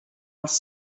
els